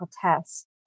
tests